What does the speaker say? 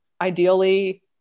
ideally